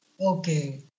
Okay